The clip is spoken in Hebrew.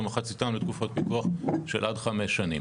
ומחציתם לתקופות פיקוח עד חמש שנים.